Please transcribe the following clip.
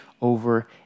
over